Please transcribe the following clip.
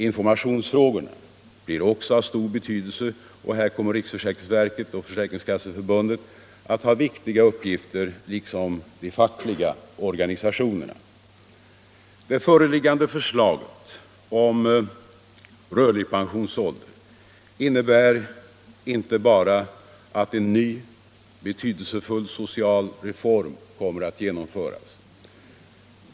Informationsfrågorna blir också av stor betydelse, och här kommer riksförsäkringsverket och försäkringskasseförbundet att ha viktiga uppgifter liksom de fackliga organisationerna. Det föreliggande förslaget om rörlig pensionsålder innebär inte bara att en ny betydelsefull social reform kommer att genomföras.